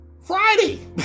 friday